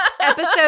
Episode